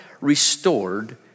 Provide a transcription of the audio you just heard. restored